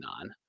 on